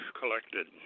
collected